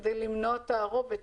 בכדי למנוע תערובת,